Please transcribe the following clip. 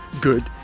good